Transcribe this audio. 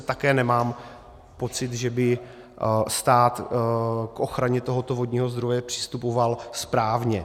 Také nemám pocit, že by stát k ochraně tohoto vodního zdroje přistupoval správně.